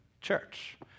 church